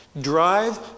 Drive